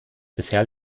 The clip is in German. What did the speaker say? bisher